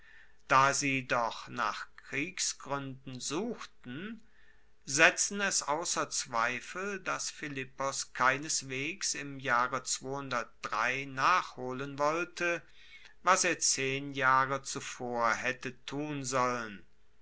da sie doch nach kriegsgruenden suchten setzen es ausser zweifel dass philippos keineswegs im jahre nachholen wollte was er zehn jahre zuvor haette tun sollen